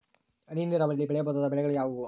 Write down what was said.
ಹನಿ ನೇರಾವರಿಯಲ್ಲಿ ಬೆಳೆಯಬಹುದಾದ ಬೆಳೆಗಳು ಯಾವುವು?